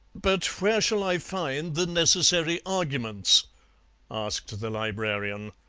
but where shall i find the necessary arguments asked the librarian.